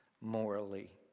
morally